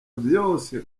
vyose